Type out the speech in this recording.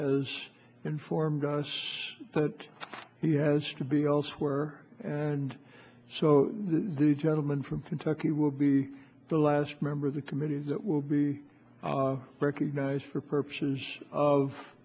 has informed us that he has to be elsewhere and so the gentleman from kentucky will be the last member of the committee that will be recognized for purposes of